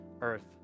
earth